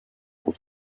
with